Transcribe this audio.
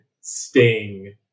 sting